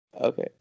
Okay